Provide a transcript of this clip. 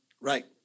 right